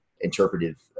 interpretive